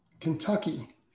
Kentucky